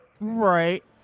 Right